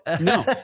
no